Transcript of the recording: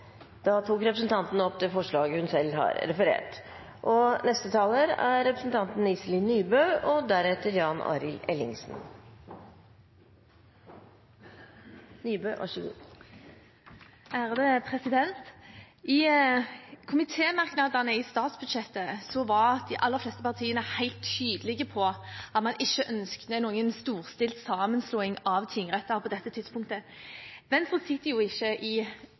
da tatt opp det forslaget hun refererte til. I komitémerknadene til statsbudsjettet var de aller fleste partiene helt tydelige på at man ikke ønsket noen storstilt sammenslåing av tingretter på dette tidspunktet. Venstre sitter ikke i